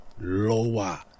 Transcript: lower